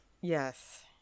Yes